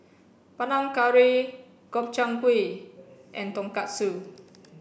Panang Curry Gobchang Gui and Tonkatsu